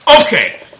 Okay